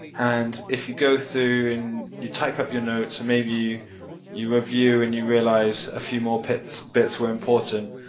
and if you go through and you type up your notes and maybe you review and you realise a few more bits bits were important